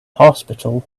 hospital